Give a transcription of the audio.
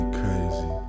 crazy